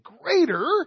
greater